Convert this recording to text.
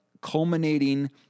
culminating